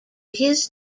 his